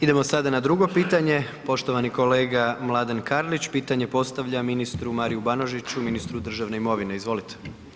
Idemo sada na drugo pitanje, poštovani kolega Mladen Karlić, pitanje postavlja ministru Mariju Banožiću, ministru državne imovine, izvolite.